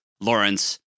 Lawrence